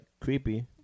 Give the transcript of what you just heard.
creepy